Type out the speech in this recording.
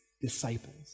disciples